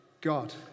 God